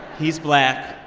he's black.